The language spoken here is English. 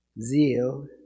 zeal